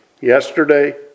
yesterday